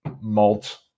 malt